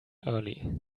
early